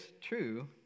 true